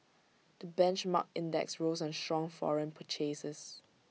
the benchmark index rose on strong foreign purchases